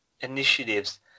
initiatives